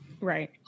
Right